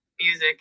music